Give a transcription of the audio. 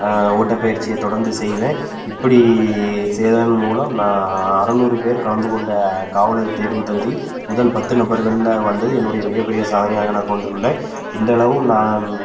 ஓட்ட பயிற்சியை தொடர்ந்து செய்வேன் இப்படி செய்யுறதன் மூலம் நான் அறநூறு பேர் கலந்துக்கொண்ட காவலர் தேர்வு தகுதியில் முதல் பத்து நபர்களில் வந்தது என்னுடைய மிக பெரிய சாதனையாக நான் கொண்டுள்ளேன் இந்த அளவும் நான்